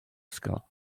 ysgol